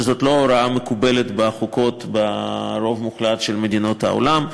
שזאת לא הוראה מקובלת בחוקות ברוב מוחלט של מדינות העולם,